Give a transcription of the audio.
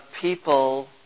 people